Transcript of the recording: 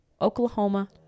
Oklahoma